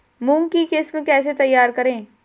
मूंग की किस्म कैसे तैयार करें?